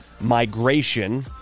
Migration